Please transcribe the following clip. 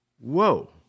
Whoa